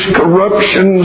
corruption